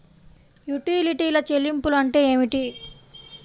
యుటిలిటీల చెల్లింపు అంటే ఏమిటి?